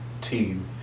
team